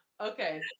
Okay